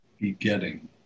Begetting